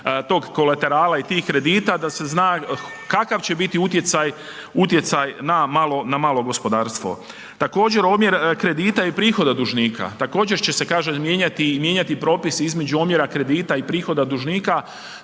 kolaterala i tih kredita, da se zna kakav će biti utjecaj na malo gospodarstvo. Također omjer kredita i prihoda dužnika, također će se kaže mijenjati i mijenjati propis između omjera i kredita p prihoda dužnika,